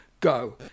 Go